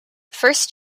first